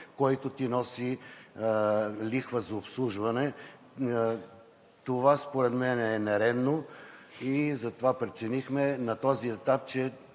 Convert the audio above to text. който ти носи лихва за обслужване. Това според мен е нередно. Затова преценихме на този етап, че